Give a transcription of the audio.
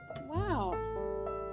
Wow